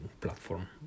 platform